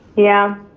yeah.